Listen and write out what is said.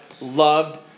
loved